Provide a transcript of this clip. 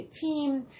team